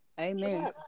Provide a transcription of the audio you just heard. Amen